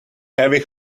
heavy